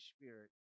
Spirit